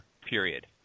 period